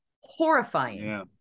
horrifying